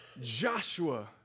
Joshua